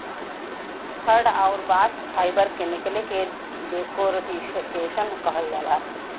hurd आउर bast fibre के निकले के डेकोर्टिकेशन कहल जाला